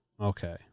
Okay